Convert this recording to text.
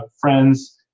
friends